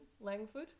Langford